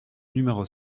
numéro